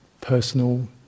personal